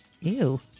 Ew